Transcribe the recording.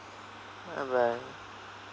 bye bye